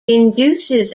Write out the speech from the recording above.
induces